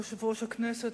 יושב-ראש הכנסת,